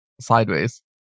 sideways